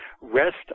rest